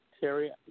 Terry